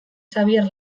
xabier